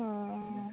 हँ